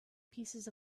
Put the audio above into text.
pieces